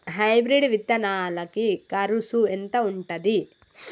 Hybrid విత్తనాలకి కరుసు ఎంత ఉంటది?